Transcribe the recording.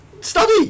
study